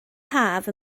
haf